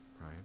right